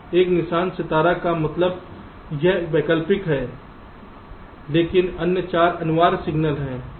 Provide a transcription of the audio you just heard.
एक निशान सितारा का मतलब यह वैकल्पिक है लेकिन अन्य 4 अनिवार्य सिग्नल हैं